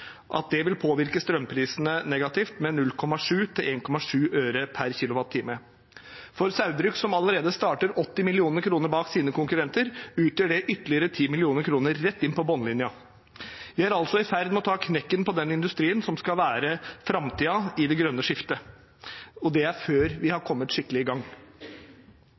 at det vil påvirke strømprisene negativt med 0,7–1,7 øre per kilowattime. For Saugbrugs, som allerede starter 80 mill. kr bak sine konkurrenter, utgjør det ytterligere 10 mill. kr rett inn på bunnlinjen. Vi er altså i ferd med å ta knekken på den industrien som skal være framtiden i det grønne skiftet, og det før vi har kommet skikkelig i gang.